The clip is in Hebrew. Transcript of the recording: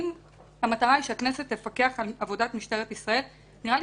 אם המטרה היא שהכנסת תפקח על עבודת משטרת ישראל נראה לי